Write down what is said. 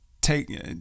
take